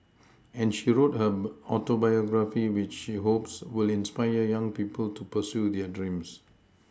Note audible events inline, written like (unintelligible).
and she wrote her (unintelligible) Autobiography which she hopes will inspire young people to pursue their dreams